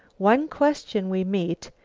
one question we meet,